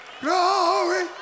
glory